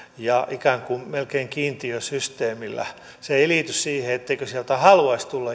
melkein kiintiösysteemillä se ei liity siihen etteikö sieltä haluaisi tulla